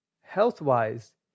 health-wise